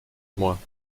moi